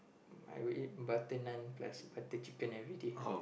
I would eat butter naan press butter chicken everyday